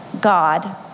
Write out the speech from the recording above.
God